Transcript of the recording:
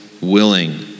willing